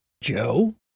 Joe